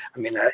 i mean, ah